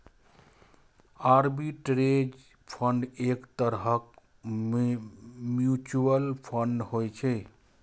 arbitrage fund एक तरहक mutual fund होइ छै